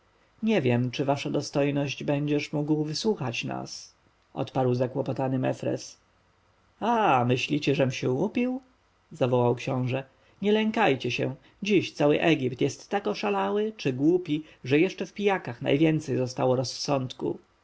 nie wiem czy wasza dostojność będziesz mógł wysłuchać nas odparł zakłopotany mentezufis a myślicie żem się upił zawołał książę nie lękajcie się dziś cały egipt jest tak oszalały czy głupi że jeszcze w pijakach najwięcej zostało rozsądku